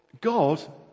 God